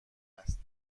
است